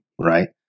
right